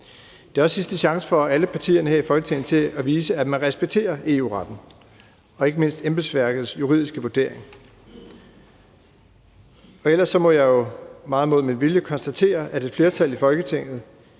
Det er også sidste chance for alle partierne her i Folketinget til at vise, at man respekterer EU-retten og ikke mindst embedsværkets juridiske vurdering. Og ellers må jeg jo meget mod min vilje konstatere, at et flertal i Folketinget